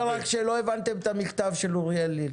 שלא הבנתם את המכתב של אוריאל לין.